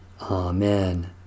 Amen